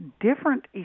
different